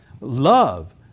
Love